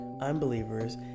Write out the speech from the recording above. unbelievers